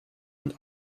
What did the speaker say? und